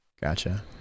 Gotcha